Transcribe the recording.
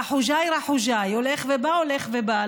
ראח וג'אי, ראח וג'אי, הולך ובא, הולך ובא.